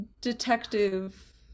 Detective